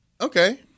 Okay